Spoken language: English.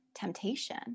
temptation